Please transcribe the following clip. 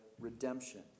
redemption